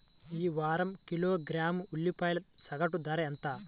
ఈ వారం కిలోగ్రాము ఉల్లిపాయల సగటు ధర ఎంత?